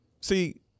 See